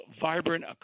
vibrant